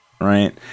right